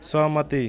सहमति